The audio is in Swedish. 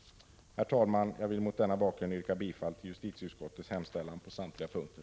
Herr talman! Jag vill mot denna bakgrund yrka bifall till justitieutskottets hemställan på samtliga punkter.